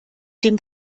dem